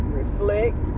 reflect